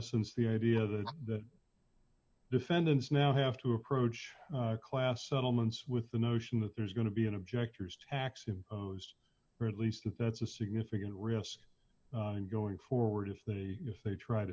essence the idea that the defendants now have to approach class settlements with the notion that there's going to be an objectors tax imposed or at least that's a significant risk in going forward if they if they try to